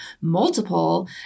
multiple